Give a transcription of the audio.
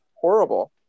horrible